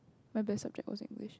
my best subject was English